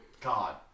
God